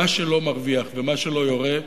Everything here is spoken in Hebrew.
מה שלא מרוויח ומה שלא יורה,